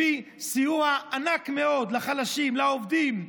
הביא סיוע ענק מאוד לחלשים, לעובדים.